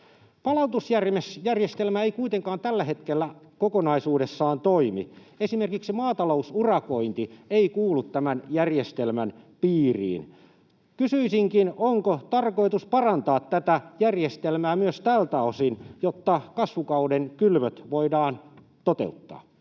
Palautusjärjestelmä ei kuitenkaan tällä hetkellä kokonaisuudessaan toimi. Esimerkiksi maatalousurakointi ei kuulu tämän järjestelmän piiriin. Kysyisinkin: onko tarkoitus parantaa tätä järjestelmää myös tältä osin, jotta kasvukauden kylvöt voidaan toteuttaa?